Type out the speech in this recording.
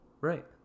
Right